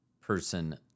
person